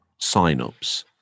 signups